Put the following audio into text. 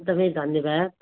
एकदमै धन्यवाद